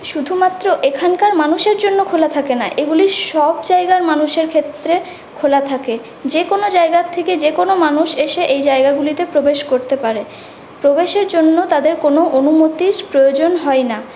শুধুমাত্র এখানকার মানুষের জন্য খোলা থাকে না এগুলি সব জায়গার মানুষের ক্ষেত্রে খোলা থাকে যে কোনো জায়গার থেকে যে কোনো মানুষ এসে এই জায়গাগুলিতে প্রবেশ করতে পারে প্রবেশের জন্য তাদের কোনো অনুমতির প্রয়োজন হয় না